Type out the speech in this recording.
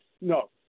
No